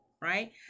right